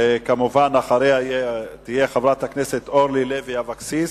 כמובן, אחריה תהיה חברת הכנסת אורלי לוי אבקסיס,